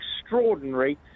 extraordinary